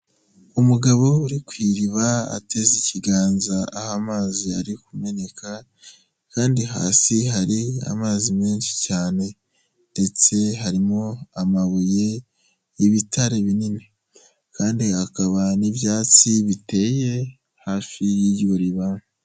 Umugabo uri ku iriba ateze ikiganza aho amazi ari kumeneka kandi hasi hari amazi menshi cyane ndetse harimo amabuye y'ibitare binini kandi hakaba n'ibyatsi biteye hafi y'iryo riba.